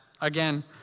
again